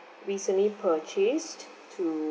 recently purchased to